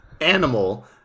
animal